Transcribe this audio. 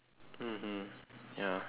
mmhmm ya